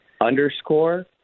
underscore